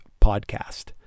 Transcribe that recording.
podcast